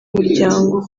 muryango